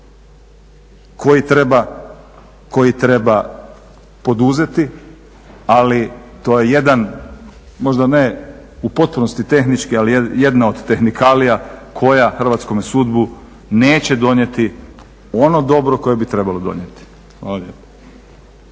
koji treba poduzeti ali to je jedan možda ne u potpunosti tehnički ali jedna od tehnikalija koja hrvatskome sudu neće donijeti ono dobro koje bi trebalo donijeti.